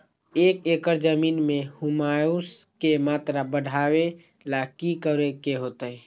एक एकड़ जमीन में ह्यूमस के मात्रा बढ़ावे ला की करे के होतई?